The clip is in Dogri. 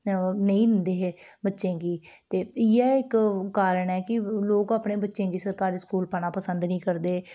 नेईं दिंदे हे बच्चें गी ते इयै इक कारण ऐ कि लोक अपने बच्चें गी सरकारी स्कूल पाना पसंद निं करदे